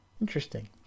Interesting